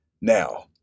now